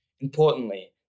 Importantly